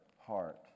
heart